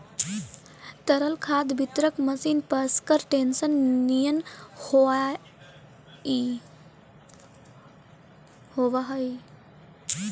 तरल खाद वितरक मशीन पअकसर टेंकर निअन होवऽ हई